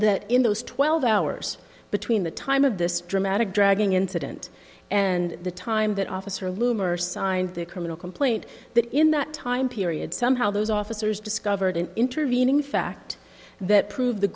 that in those twelve hours between the time of this dramatic dragging incident and the time that officer loom or signed their criminal complaint that in that time period somehow those officers discovered an intervening fact that prove the